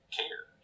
care